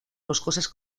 boscosas